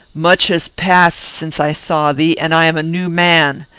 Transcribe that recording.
much has passed since i saw thee, and i am a new man.